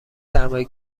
سرمایه